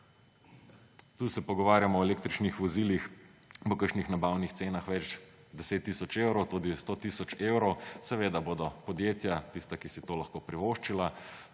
Tu se pogovarjamo o električnih vozilih, po kakšnih nabavnih cenah več deset tisoč evrov, tudi sto tisoč evrov. Seveda bodo podjetja – tista, ki si to lahko privoščijo